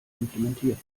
implementiert